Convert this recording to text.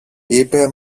είπε